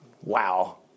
Wow